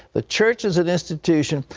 the church is an institution,